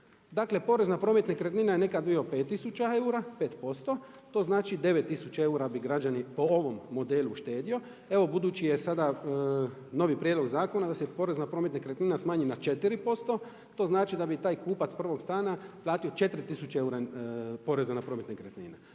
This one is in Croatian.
Dakle porez na promet nekretnina je nekad bio 5 tisuća eura, 5% to znači 9 tisuća eura bi građani po ovom modelu uštedio. Evo budući je sada novi prijedlog zakona da se porez na promet nekretnina smanji na 4% to znači da bi taj kupac prvog stana platio 4 tisuće eura poreza na promet nekretnina.